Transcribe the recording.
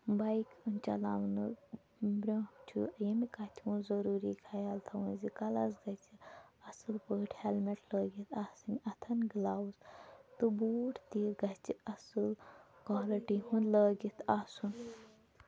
bike ہُنٛد چلاونہٕ برونٛہہ چھُ ییٚمہِ کَتھِ ہُنٛد ضُروٗری خیال تھاوُن زِ کَلَس گژھِ اَصٕل پٲٹھۍ ہٮ۪لمِٹ لٲگِتھ آسٕنۍ اَتھَن گٕلَوز تہٕ بوٗٹھ تہِ گژھِ اَصٕل کالٹی ہُنٛد لٲگِتھ آسُن